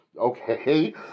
Okay